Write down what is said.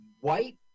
white